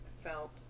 felt